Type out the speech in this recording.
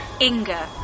Inga